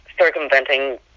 circumventing